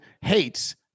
hates